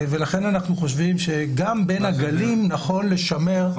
ולכן אנחנו חושבים שגם בין הגלים נכון לשמר --- מה זה אומר?